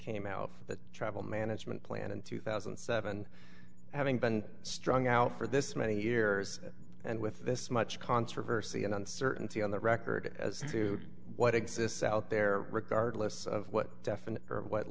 came out for the travel management plan in two thousand and seven having been strung out for this many years and with this much controversy and uncertainty on the record as to what exists out there regardless of what